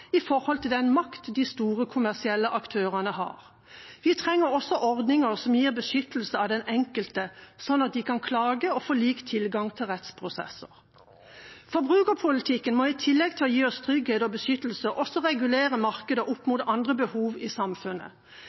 i forhold til den makt de store kommersielle aktørene har. Vi trenger også ordninger som gir beskyttelse av den enkelte, slik at de kan klage og få lik tilgang til rettsprosesser. Forbrukerpolitikken må i tillegg til å gi oss trygghet og beskyttelse også regulere markedet opp mot andre behov i samfunnet.